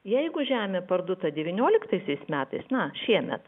jeigu žemė parduota devynioliktaisiais metais na šiemet